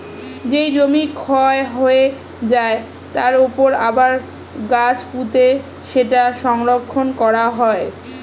যেই জমি ক্ষয় হয়ে যায়, তার উপর আবার গাছ পুঁতে সেটা সংরক্ষণ করা হয়